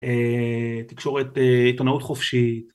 תקשורת, עיתונאות חופשית